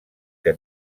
que